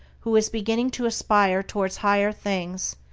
who is beginning to aspire towards higher things,